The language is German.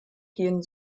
gehen